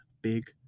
big